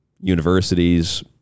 universities